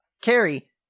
Carrie